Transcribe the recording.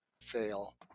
fail